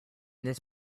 this